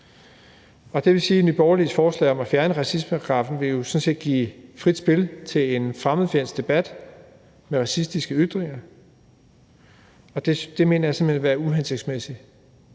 Det vil sige, at Nye Borgerliges forslag om at fjerne racismeparagraffen jo sådan set vil give frit spil til en fremmedfjendsk debat med racistiske ytringer, og det mener jeg simpelt hen ville være uhensigtsmæssigt